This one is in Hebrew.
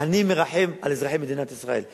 אני מרחם על אזרחי מדינת ישראל.